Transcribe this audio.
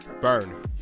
Burn